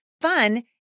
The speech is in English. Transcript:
fun